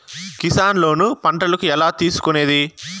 Kisan loan పంటలకు ఎలా తీసుకొనేది?